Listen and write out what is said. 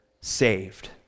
saved